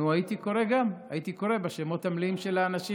נו, הייתי קורא בשמות המלאים של האנשים.